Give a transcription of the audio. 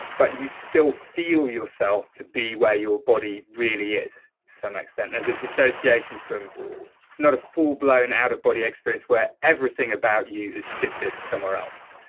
but you still feel yourself to be where your body really is, to some extent. there's a dissociation from. it's not a full blown out of body experience where everything about you has shifted somewhere else.